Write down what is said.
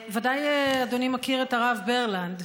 ודאי אדוני מכיר את הרב ברלנד,